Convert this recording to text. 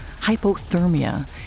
hypothermia